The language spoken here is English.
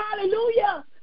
Hallelujah